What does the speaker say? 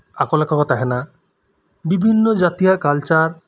ᱟᱠᱚ ᱞᱮᱠᱟ ᱠᱚ ᱛᱟᱦᱮᱱᱟ ᱵᱤᱵᱷᱤᱱᱱᱚ ᱡᱟᱛᱤᱭᱟᱜ ᱠᱟᱞᱪᱟᱨ